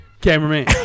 cameraman